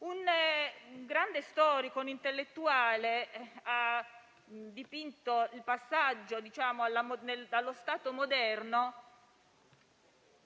Un grande storico e intellettuale ha dipinto il passaggio allo Stato moderno